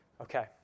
Okay